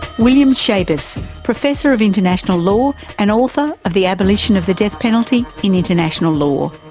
william schabas, professor of international law and author of the abolition of the death penalty in international law.